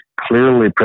clearly